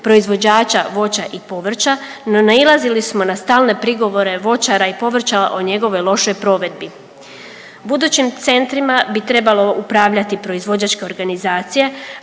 proizvođača voća i povrća no nailazili smo na stalne prigovore voćara i povrćara o njegovoj lošoj provedbi. Budućim centrima bi trebalo upravljati proizvođačke organizacije